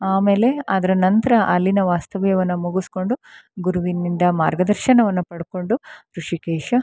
ಆಮೇಲೆ ಅದರ ನಂತರ ಅಲ್ಲಿನ ವಾಸ್ತವ್ಯವನ್ನು ಮುಗಿಸ್ಕೊಂಡು ಗುರುವಿನಿಂದ ಮಾರ್ಗದರ್ಶನವನ್ನು ಪಡ್ಕೊಂಡು ಋಷಿಕೇಶ